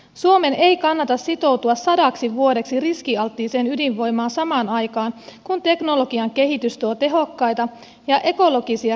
suomen ei kannata sitoutua sadaksi vuodeksi riskialttiiseen ydinvoimaan samaan aikaan kun teknologian kehitys tuo tehokkaita ja ekologisia sähköntuotantotapoja markkinoille